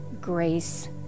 grace